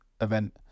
event